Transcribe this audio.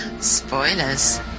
spoilers